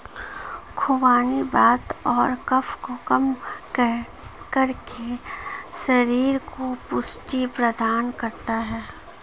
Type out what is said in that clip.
खुबानी वात और कफ को कम करके शरीर को पुष्टि प्रदान करता है